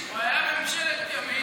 היה בממשלת ימין,